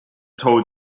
told